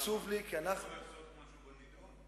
אני מעריך שמישהו מספסלי הקואליציה ישב שם.